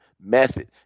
method